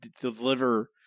deliver